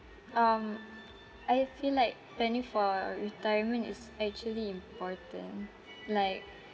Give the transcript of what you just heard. um I feel like planning for retirement is actually important like